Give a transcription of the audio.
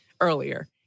earlier